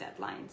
deadlines